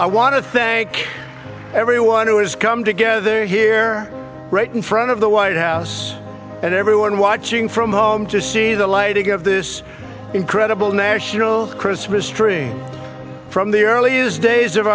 thank everyone who has come together here right in front of the white house and everyone watching from home to see the lighting of this incredible national christmas tree from the earliest days of